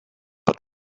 but